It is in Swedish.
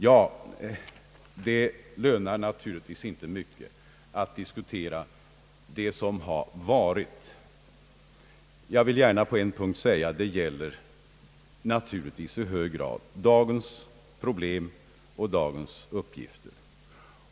Ja, det lönar sig naturligtvis inte mycket att diskutera det som har varit. Det gäller här naturligtvis i hög grad dagens problem och dagens uppgifter.